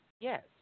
Yes